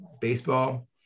baseball